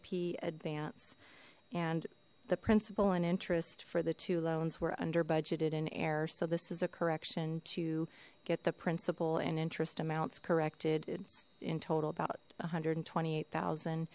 cop advance and the principal and interest for the two loans were under budgeted in air so this is a correction to get the principal and interest amounts corrected it's in total about one hundred and twenty eight thousand